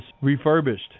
refurbished